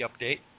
update